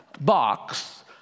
box